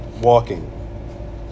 walking